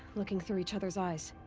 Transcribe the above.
looking through each other's eyes.